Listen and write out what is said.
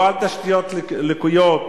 לא על תשתיות לקויות.